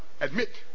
admit